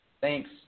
thanks